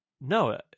No